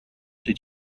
did